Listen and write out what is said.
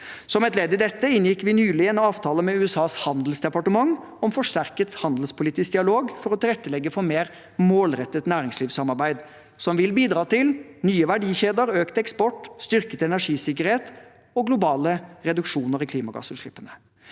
Som et ledd i dette inngikk vi nylig en avtale med USAs handelsdepartement om forsterket handelspolitisk dialog for å tilrettelegge for et mer målrettet næringslivssamarbeid som vil bidra til nye verdikjeder, økt eksport, styrket energisikkerhet og globale reduksjoner i klimagassutslippene.